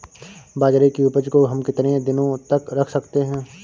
बाजरे की उपज को हम कितने दिनों तक रख सकते हैं?